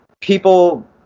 people